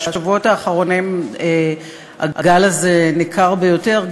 בשבועות האחרונים הגל הזה ניכר ביותר,